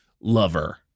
lover